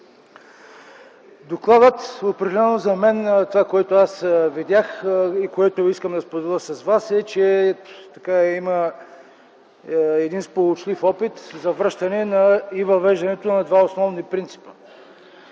Докладът определено за мен това, което видях и което искам да споделя с вас, е, че има един сполучлив опит за връщане и въвеждането на два основни принципа